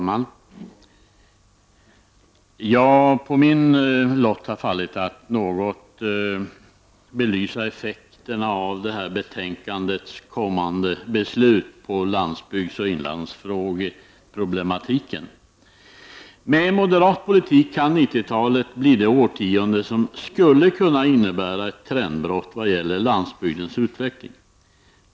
Herr talman! På min lott har fallit att något belysa vilka effekter det kommande beslutet om förslagen i detta betänkande kommer att få när det gäller landsbygdsoch inlandsproblematiken. Med moderat politik kan 90-talet blir det årtionde som skulle kunna innebära ett trendbrott vad gäller landsbygdens utveckling.